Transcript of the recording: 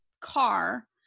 car